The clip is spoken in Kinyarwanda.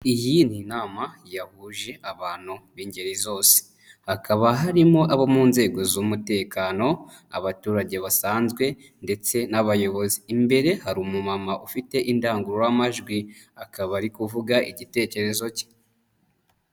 I ni inama yahuje abantu b'ingeri zose. Hakaba harimo abo mu nzego z'umutekano, abaturage basanzwe ndetse imbere hari umumama ufite indangururamajwi akaba ari kuvuga igitekerezo cye.